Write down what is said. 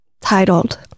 titled